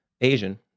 Asian